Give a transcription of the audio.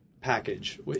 package